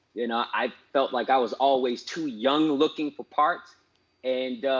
you know, i felt like i was always too young looking for parts and